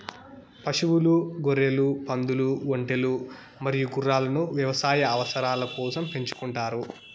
పశువులు, గొర్రెలు, పందులు, ఒంటెలు మరియు గుర్రాలను వ్యవసాయ అవసరాల కోసం పెంచుకుంటారు